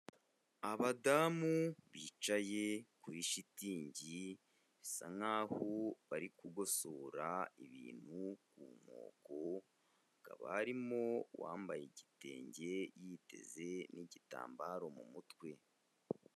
Abadamu bicaye kuri shitingi isa nk'aho bari kugosora ibintu ku nkoko hakaba barimo uwambaye igitenge yiteze n'igitambaro mu mutwe.